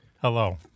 Hello